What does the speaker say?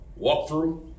walkthrough